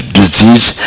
disease